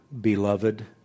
beloved